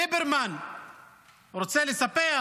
ליברמן רוצה לספח